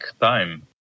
time